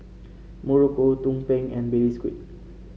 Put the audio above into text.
muruku tumpeng and Baby Squid